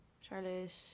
Charlotte